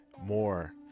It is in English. more